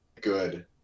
Good